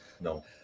No